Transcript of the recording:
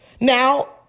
Now